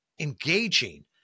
engaging